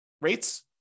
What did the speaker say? rates